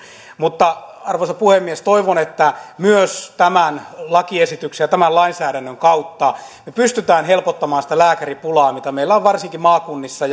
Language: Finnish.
arvoisa puhemies toivon että myös tämän lakiesityksen ja tämän lainsäädännön kautta me pystymme helpottamaan sitä lääkäripulaa mitä meillä on on varsinkin maakunnissa